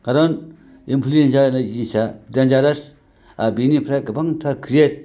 खारन इनफ्लुएन्जा होननाय जिनिसा डेनजारेस आरो बिनिफ्राय गोबांथार क्रियेट